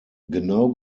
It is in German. genau